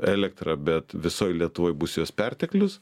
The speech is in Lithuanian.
elektrą bet visoj lietuvoj bus jos perteklius